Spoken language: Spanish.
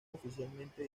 oficialmente